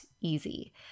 easy